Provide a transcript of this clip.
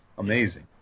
amazing